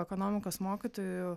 ekonomikos mokytojų